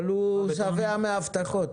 אבל הוא שבע מהבטחות,